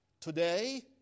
today